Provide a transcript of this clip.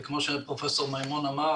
וכמו שפרופ' מימון אמר,